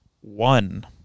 one